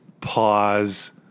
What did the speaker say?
pause